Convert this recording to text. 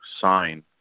sign